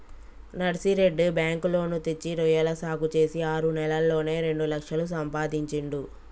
Narsireddy bank loan తెచ్చి రొయ్యల సాగు చేసి ఆరు నెలల్లోనే రెండు లక్షలు సంపాదించిండు